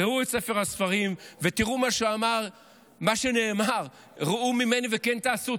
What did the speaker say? ראו את ספר הספרים ותראו מה שנאמר: ראו ממני וכן תעשו.